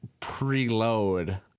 preload